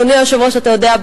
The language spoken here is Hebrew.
אדוני היושב-ראש, אתה יודע?